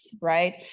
right